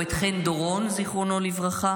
או את חן דורון, זיכרונו לברכה?